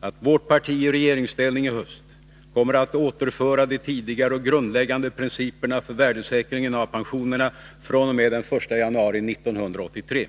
att vårt parti i regeringsställning i höst kommer att återföra de tidigare och grundläggande principerna för värdesäkringen av pensionerna den 1 januari 1983.